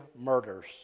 murders